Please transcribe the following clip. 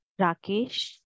Rakesh